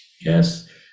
Yes